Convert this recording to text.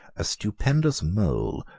a stupendous mole,